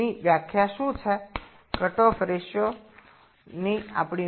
এবং আপনার cut off অনুপাতের সংজ্ঞা কী